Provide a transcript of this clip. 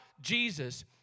Jesus